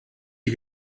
you